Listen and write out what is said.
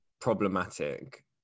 problematic